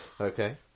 Okay